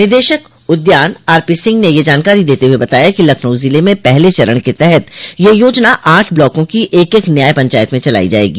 निदेशक उद्यान आरपी सिंह ने यह जानकारी देते हुए बताया है कि लखनऊ ज़िले में पहले चरण के तहत यह योजना आठ ब्लाकों की एक एक न्याय पंचायत में चलाई जायेगी